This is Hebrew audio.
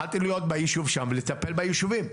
יכולתי להיות בישוב שם ולטפל בישובים,